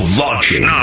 launching